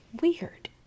weird